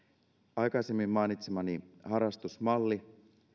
aikaisemmin mainitsemani harrastusmallin